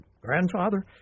Grandfather